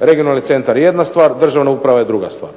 Regionalni centar je jedna stvar, državna uprava je druga stvar.